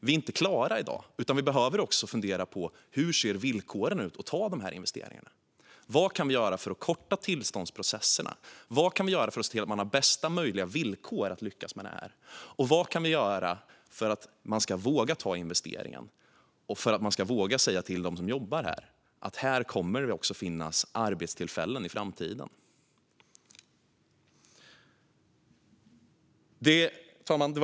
Vi är inte klara i dag, utan vi behöver också fundera på hur villkoren för att ta dessa investeringar ser ut. Vad kan vi göra för att korta tillståndsprocesserna? Vad kan vi göra för att se till att man har bästa möjliga villkor för att lyckas med det här? Vad kan vi göra för att man ska våga ta investeringen och våga säga till dem som jobbar i företagen att här kommer det att finnas arbetstillfällen också i framtiden? Fru talman!